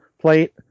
plate